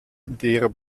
der